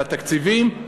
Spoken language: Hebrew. על התקציבים,